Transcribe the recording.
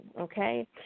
Okay